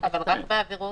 אבל רק בעבירות?